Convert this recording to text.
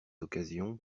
occasions